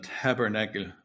tabernacle